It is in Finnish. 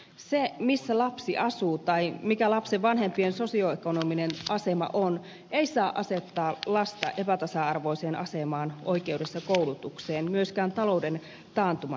se missä lapsi asuu tai mikä lapsen vanhempien sosioekonominen asema on ei saa asettaa lasta epätasa arvoiseen asemaan oikeudessa koulutukseen myöskään talouden taantuman aikana